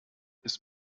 ist